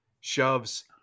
shoves